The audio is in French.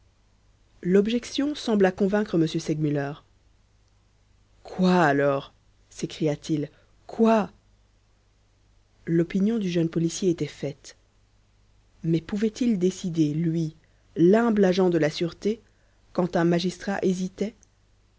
l'objection sembla convaincre m segmuller quoi alors s'écria-t-il quoi l'opinion du jeune policier était faite mais pouvait-il décider lui l'humble agent de la sûreté quand un magistrat hésitait